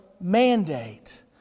mandate